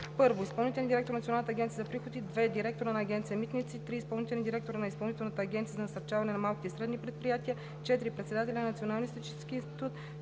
1. изпълнителният директор на Националната агенция за приходите; 2. директорът на Агенция „Митници"; 3. изпълнителният директор на Изпълнителната агенция за насърчаване на малките и средни предприятия; 4. председателят на Националния статистически институт;